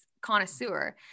connoisseur